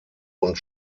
und